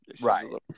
Right